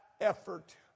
effort